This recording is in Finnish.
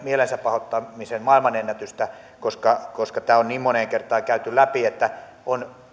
mielensä pahoittamisen maailmanennätystä koska koska tämä on niin moneen kertaan käyty läpi on